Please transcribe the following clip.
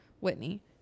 Whitney